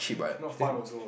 not fun also uh